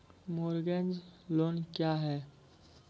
Mortgage loan क्या है?